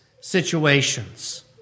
situations